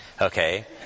Okay